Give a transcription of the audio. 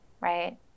right